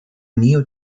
new